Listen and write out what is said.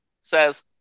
says